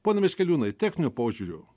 pone miškeliūnai techniniu požiūriu